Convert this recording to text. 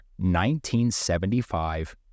1975